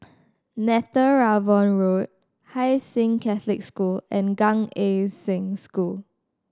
Netheravon Road Hai Sing Catholic School and Gan Eng Seng School